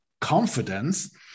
confidence